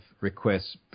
requests